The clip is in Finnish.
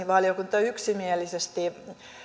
valiokunta yksimielisesti